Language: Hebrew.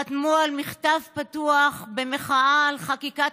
וחתמו על מכתב פתוח במחאה על חקיקת